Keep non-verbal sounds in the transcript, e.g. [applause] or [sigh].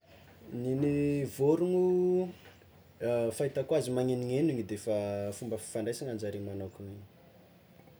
Negny vôrogno, [hesitation] fahitako azy magnegnognegno igny defa fomba fomba fifandraisananjare magnôkagna igny.